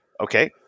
okay